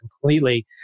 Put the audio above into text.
completely